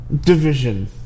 division